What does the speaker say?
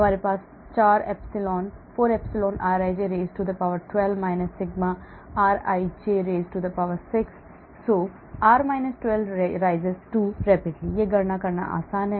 हमारे पास 4 epsilon rij raise to the power 12 - sigma rij raised to the power 6 so r - 12 rises 2 rapidly यह गणना करना आसान है